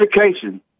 education